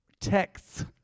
texts